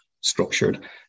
structured